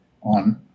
on